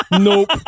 nope